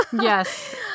yes